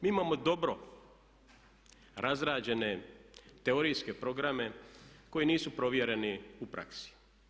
Mi imamo dobro razrađene teorijske programe koji nisu provjereni u praksi.